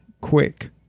quick